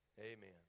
Amen